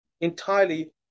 entirely